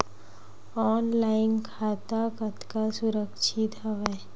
Online खाता कतका सुरक्षित हवय?